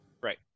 right